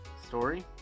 story